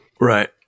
Right